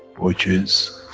which is